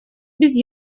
без